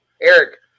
Eric